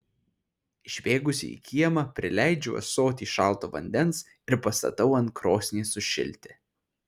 išbėgusi į kiemą prileidžiu ąsotį šalto vandens ir pastatau ant krosnies sušilti